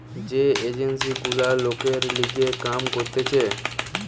যে এজেন্সি গুলা লোকের লিগে কাম করতিছে